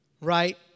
Right